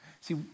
See